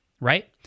right